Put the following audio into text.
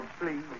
please